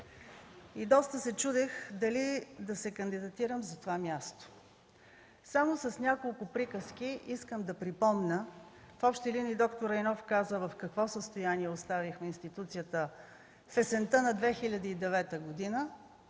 и доста се чудех дали да се кандидатирам за това място. Само с няколко приказки искам да припомня – в общи линии д-р Райнов каза в какво състояние оставих институцията есента на 2009 г. и